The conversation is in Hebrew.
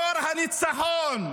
דור הניצחון.